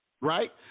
right